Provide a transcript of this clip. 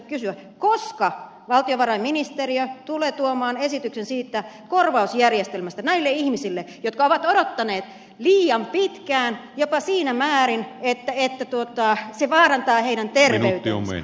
koska valtiovarainministeriö tulee tuomaan esityksen korvausjärjestelmästä näille ihmisille jotka ovat odottaneet liian pitkään jopa siinä määrin että se vaarantaa heidän terveytensä